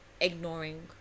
ignoring